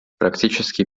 практический